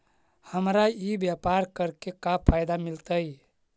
हमरा ई व्यापार करके का फायदा मिलतइ?